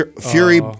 Fury